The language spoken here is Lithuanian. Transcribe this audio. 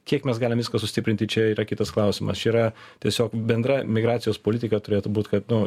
kiek mes galim viską sustiprinti čia yra kitas klausimas čia yra tiesiog bendra migracijos politika turėtų būt kad nu